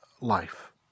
life